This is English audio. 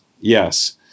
Yes